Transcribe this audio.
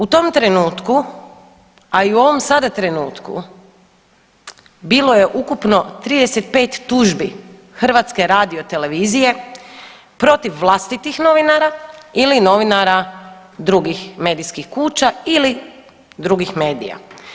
U tom trenutku, a i u ovom sada trenutku bilo je ukupno 35 tužbi HRT-a protiv vlastitih novinara ili novinara drugih medijskih kuća ili drugih medija.